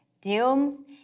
doom